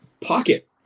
pocket